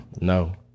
No